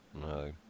no